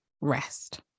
rest